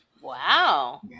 Wow